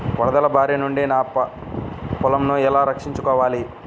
వరదల భారి నుండి నా పొలంను ఎలా రక్షించుకోవాలి?